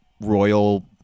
royal